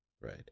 Right